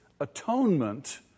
atonement